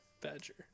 badger